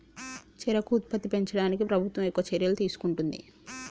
చెరుకు ఉత్పత్తి పెంచడానికి ప్రభుత్వం ఎక్కువ చర్యలు తీసుకుంటుంది